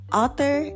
author